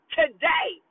today